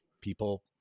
people